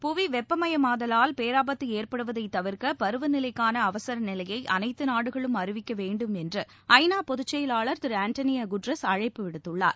புவி வெப்பமயமாதலால் பேராபத்து ஏற்படுவதை தவிர்க்க பருவநிலைக்கான அவசர நிலையை அனைத்து நாடுகளும் அறிவிக்க வேண்டும் என்று ஐ நா பொதுச்செயலாளர் திரு அன்டோளியோ குட்ரஸ் அழைப்பு விடுத்துள்ளார்